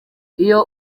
iyo